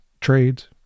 trades